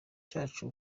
cyacu